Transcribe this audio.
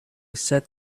sat